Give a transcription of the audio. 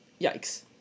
Yikes